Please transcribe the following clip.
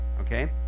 okay